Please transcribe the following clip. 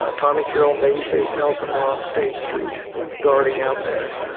ah tommy carol and baby face nelson were on state street guarding out there,